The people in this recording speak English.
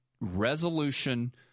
resolution